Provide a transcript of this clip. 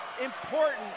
important